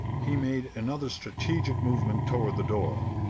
he made another strategic movement toward the door,